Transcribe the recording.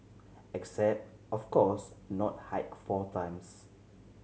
except of course not hike four times